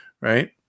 Right